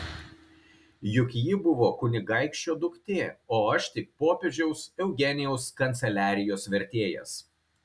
juk ji buvo kunigaikščio duktė o aš tik popiežiaus eugenijaus kanceliarijos vertėjas